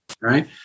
right